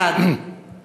בעד